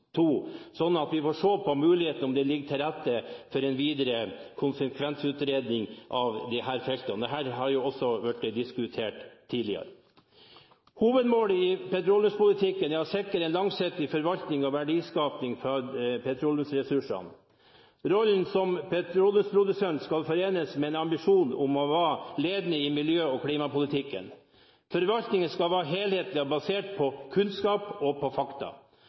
sånn at vi kan se på mulighetene for om det ligger til rette for en videre konsekvensutredning av disse feltene. Dette har jo også vært diskutert tidligere. Hovedmålet i petroleumspolitikken er å sikre en langsiktig forvaltning og verdiskaping fra petroleumsressursene. Rollen som petroleumsprodusent skal forenes med en ambisjon om å være ledende i miljø- og klimapolitikken. Forvaltningen skal være helhetlig og basert på kunnskap og fakta.